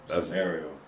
scenario